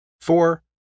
Four